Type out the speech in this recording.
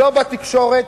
לא בתקשורת,